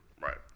Right